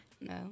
No